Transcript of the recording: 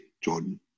Jordan